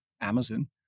Amazon